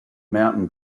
mountain